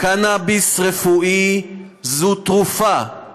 קנאביס רפואי זה תרופה.